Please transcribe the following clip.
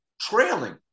trailing